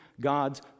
God's